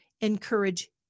encourage